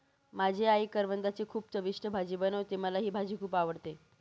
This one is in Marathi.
माझी आई करवंदाची खूप चविष्ट भाजी बनवते, मला ही भाजी खुप आवडते